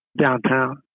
downtown